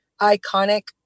iconic